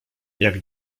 jak